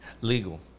Legal